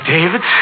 David